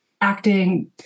acting